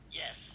yes